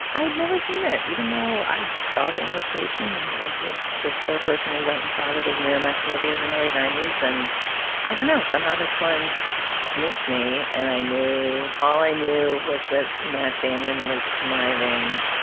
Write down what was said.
i had never seen it, even though i saw the english patient and was ah the sort of person who went and saw the big miramax movies in the late ninety s. and i don't know, somehow this one missed me. and i knew all i knew was that matt damon was conniving.